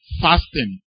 fasting